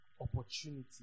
opportunity